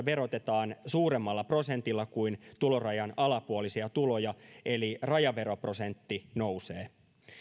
verotetaan suuremmalla prosentilla kuin tulorajan alapuolisia tuloja eli rajaveroprosentti nousee